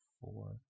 Four